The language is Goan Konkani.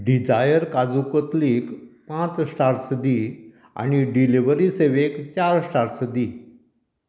डिझायर काजू कोतलीक पांच स्टार्स दी आनी डिलिव्हरी सेवेक चार स्टार्स दी